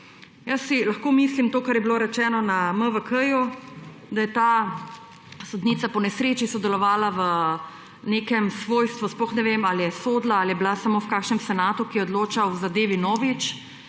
Jaz si lahko mislim to, ker je bilo rečeno na MVK, da je ta sodnica po nesreči sodelovala v nekem svojstvu, sploh ne vem, ali je sodila ali je bila samo v kakšnem senatu, ki je odločal v zadevi Novič,